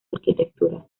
arquitectura